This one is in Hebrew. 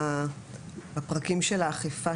בפרקים של האכיפה,